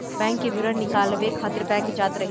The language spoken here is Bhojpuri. बैंक के विवरण निकालवावे खातिर बैंक जात रही